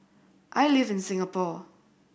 I live in Singapore